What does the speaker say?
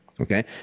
Okay